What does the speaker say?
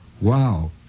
wow